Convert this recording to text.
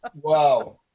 Wow